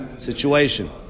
situation